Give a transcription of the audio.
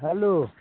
hello